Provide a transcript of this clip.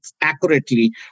accurately